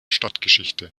stadtgeschichte